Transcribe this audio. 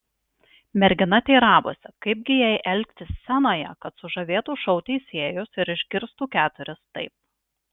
mergina teiravosi kaip gi jai elgtis scenoje kad sužavėtų šou teisėjus ir išgirstų keturis taip